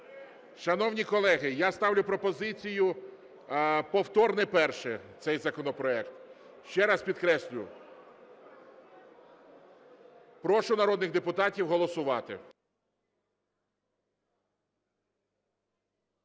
Шановні колеги, я ставлю пропозицію – повторне перше цей законопроект. Ще раз підкреслю. Прошу народних депутатів голосувати.